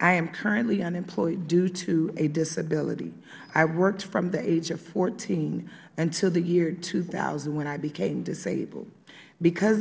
i am currently unemployed due to a disability i worked from the age of fourteen until the year two thousand when i became disabled because